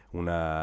una